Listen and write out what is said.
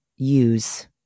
Use